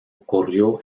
ocurrió